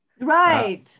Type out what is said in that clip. Right